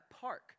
park